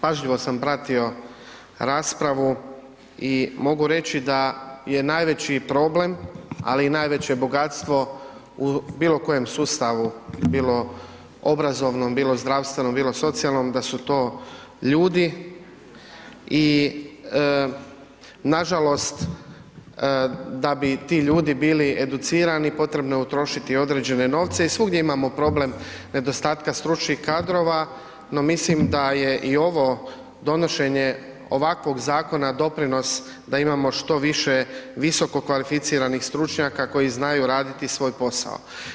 Pažljivo sam pratio raspravu i mogu reći da je najveći problem, ali i najveće bogatstvo u bilo kojem sustavu bilo obrazovnom, bilo zdravstvenom, bilo socijalnom da su to ljudi i nažalost da bi ti ljudi bili educirani potrebno je utrošiti određene novce i svugdje imamo problem nedostatka stručnih kadrova, no mislim da je ovo donošenje ovakvog zakona doprinos da imamo što više visokokvalificiranih stručnjaka koji znaju raditi svoj posao.